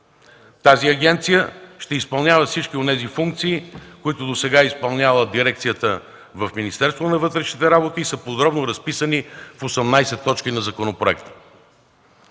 Тази агенция ще изпълнява всички онези функции, които досега е изпълнявала дирекцията в Министерството на вътрешните работи и са подробно разписани в 18 точки на законопроекта.